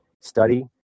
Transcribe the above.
study